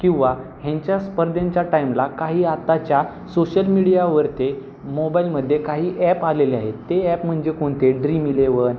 किंवा ह्यांच्या स्पर्धेंच्या टाईमला काही आत्ताच्या सोशल मीडियावरती मोबाईलमध्ये काही ॲप आलेले आहेत ते ॲप म्हणजे कोणते ड्रीम इलेवन